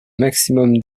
maximum